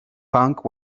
punk